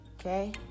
Okay